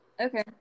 Okay